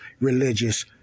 religious